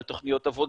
על תוכניות עבודה,